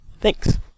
Thanks